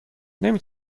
نمی